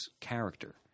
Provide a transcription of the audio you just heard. character